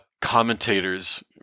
commentators